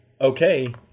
okay